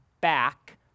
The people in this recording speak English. back